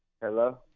Hello